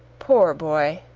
poor boy!